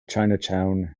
chinatown